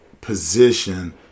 position